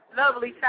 lovely